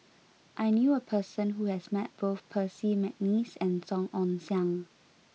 I knew a person who has met both Percy McNeice and Song Ong Siang